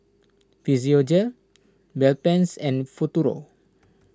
Physiogel Bedpans and Futuro